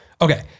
okay